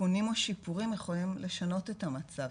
תיקונים או שיפורים יכולים לשנות את המצב,